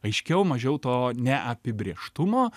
aiškiau mažiau to neapibrėžtumo